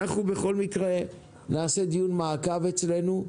אנחנו בכל מקרה נעשה דיון מעקב אצלנו.